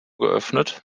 geöffnet